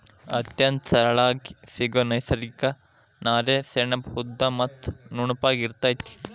ಅತ್ಯಂತ ಸರಳಾಗಿ ಸಿಗು ನೈಸರ್ಗಿಕ ನಾರೇ ಸೆಣಬು ಉದ್ದ ಮತ್ತ ನುಣುಪಾಗಿ ಇರತತಿ